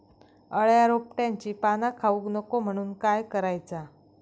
अळ्या रोपट्यांची पाना खाऊक नको म्हणून काय करायचा?